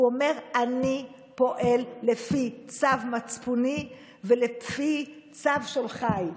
והוא אומר: אני פועל לפי צו מצפוני ולפי צו שולחיי.